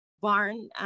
barn